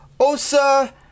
osa